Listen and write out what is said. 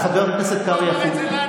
חבר הכנסת אופיר, פעם שנייה.